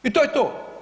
I to je to.